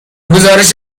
گزارش